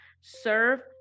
serve